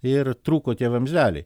ir trūko tie vamzdeliai